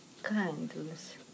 kindness